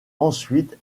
ensuite